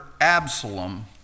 Absalom